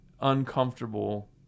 uncomfortable